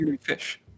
fish